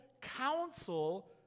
counsel